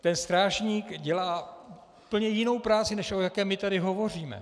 Ten strážník dělá úplně jinou práci, než o jaké my tady hovoříme.